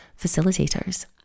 facilitators